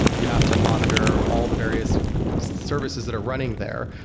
you have to monitor all the various services that are running there.